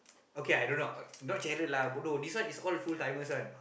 okay I don't know not jealous lah bodoh this one is all full-timers one